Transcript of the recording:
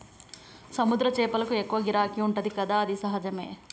సముద్ర చేపలకు ఎక్కువ గిరాకీ ఉంటది కదా అది సహజమే